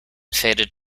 faded